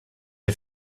est